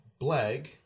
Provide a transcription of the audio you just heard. Blag